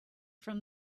from